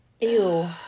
Ew